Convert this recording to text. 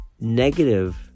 negative